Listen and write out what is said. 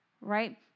right